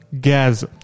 gas